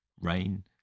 rain